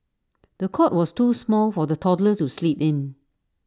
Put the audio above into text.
the cot was too small for the toddler to sleep in